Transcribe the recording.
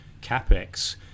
capex